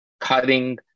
cutting